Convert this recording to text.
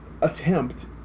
attempt